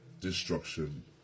destruction